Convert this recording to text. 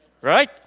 Right